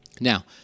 Now